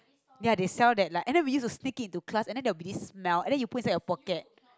ya they sell that and we used to stick it to class and then they will be it smell and then you put inside your pocket